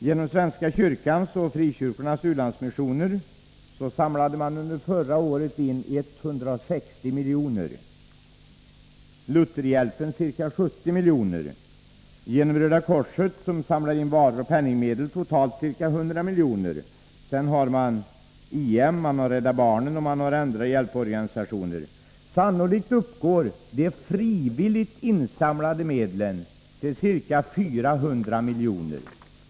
Genom svenska kyrkans och frikyrkornas u-landsmissioner samlades under förra året in ca 160 milj.kr., genom Lutherhjälpen ca 70 milj.kr., och genom Röda korset totalt ca 100 milj.kr. i varor och penningmedel. Så tillkommer IM, Rädda barnen och andra hjälporganisationer. Sannolikt uppgår de frivilligt insamlade medlen till ca 400 milj.kr.